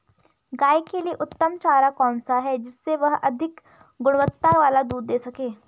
गाय के लिए उत्तम चारा कौन सा है जिससे वह अधिक गुणवत्ता वाला दूध दें सके?